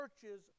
churches